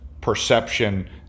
perception